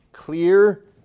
Clear